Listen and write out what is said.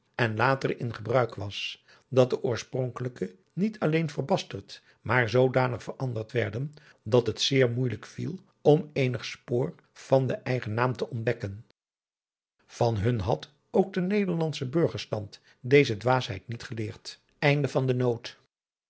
en latere in gebruik was dat de oorspronkelijke niet alleen verbasterd maar zoodanig veranderd werden dat het zeer moeijelijk viel om eenig spoor van den eigen naam te ontdekken van hun had ook de nederlandsche burgerstand deze dwaasheid niet geleerd